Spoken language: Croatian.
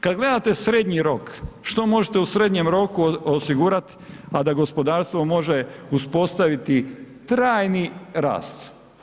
Kada gledate srednji rok što možete u srednjem roku osigurati a da gospodarstvo može uspostaviti trajni rast.